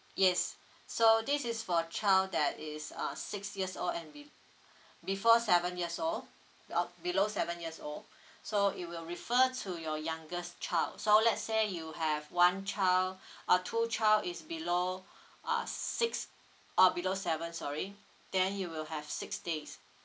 yes so this is for child that is uh six years old and be~ before seven years old uh below seven years old so it will refer to your youngest child so let's say you have one child uh two child is below uh six uh below seven sorry then you will have six days